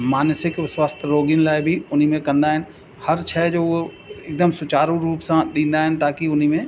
मानसिक स्वास्थ्य रोॻियुनि लाइ बि उन्ही में कंदा आहिनि हर शइ जो उहो हिकदमि सुचारू रूप सां ॾींदा आहिनि ताकी उन्ही में